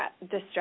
distress